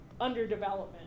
underdevelopment